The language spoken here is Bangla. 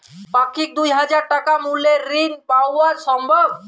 পাক্ষিক দুই হাজার টাকা মূল্যের ঋণ পাওয়া সম্ভব?